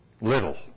Little